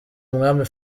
umwami